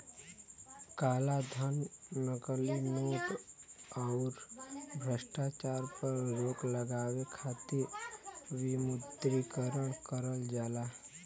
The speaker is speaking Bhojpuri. कालाधन, नकली नोट, आउर भ्रष्टाचार पर रोक लगावे खातिर विमुद्रीकरण करल जाला